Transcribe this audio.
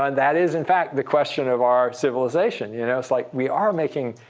um that is, in fact, the question of our civilization. you know it's, like, we are making